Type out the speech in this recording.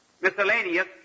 Miscellaneous